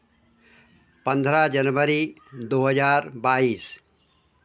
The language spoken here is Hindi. पन्द्रह जनवरी दो हज़ार बाइस